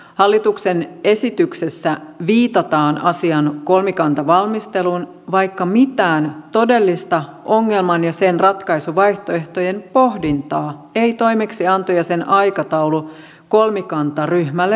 hallituksen esityksessä viitataan asian kolmikantavalmisteluun vaikka mitään todellista ongelman ja sen ratkaisuvaihtoehtojen pohdintaa ei toimeksianto ja sen aikataulu kolmikantaryhmälle mahdollistanut